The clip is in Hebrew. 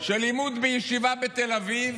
שלימוד בישיבה בתל אביב,